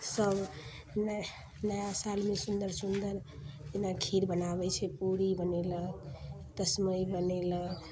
सब नया नया सालमे सुन्दर सुन्दर जेना खीर बनाबै छै पूरी बनेलक तसमै बनेलक